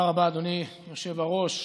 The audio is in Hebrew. אדוני היושב-ראש.